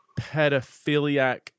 pedophiliac